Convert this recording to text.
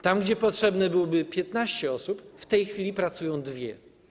Tam gdzie potrzebne byłoby 15 osób, w tej chwili pracują dwie.